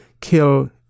kill